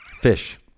Fish